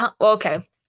Okay